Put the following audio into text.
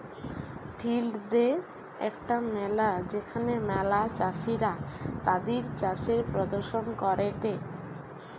field দে একটা মেলা যেখানে ম্যালা চাষীরা তাদির চাষের প্রদর্শন করেটে